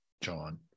John